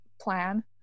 plan